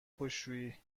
خشکشویی